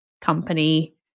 company